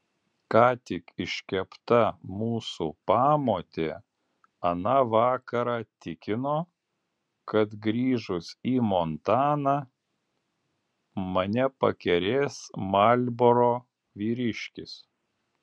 ką tik iškepta mūsų pamotė aną vakarą tikino kad grįžus į montaną mane pakerės marlboro vyriškis